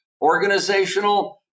organizational